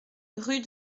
rue